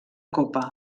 copa